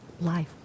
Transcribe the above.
life